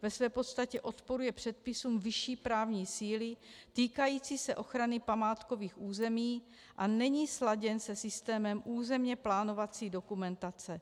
Ve své podstatě odporuje předpisům vyšší právní síly týkajícím se ochrany památkových území a není sladěn se systémem územněplánovací dokumentace.